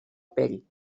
pell